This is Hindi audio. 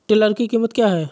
टिलर की कीमत क्या है?